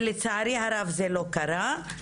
לצערי הרב זה לא קרה.